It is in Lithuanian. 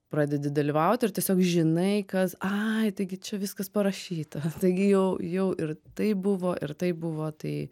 pradedi dalyvauti ir tiesiog žinai kas ai taigi čia viskas parašyta taigi jau jau ir taip buvo ir taip buvo tai